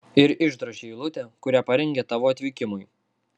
ir išdrožia eilutę kurią parengė tavo atvykimui